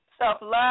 self-love